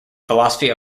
philosophy